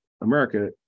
America